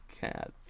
Cats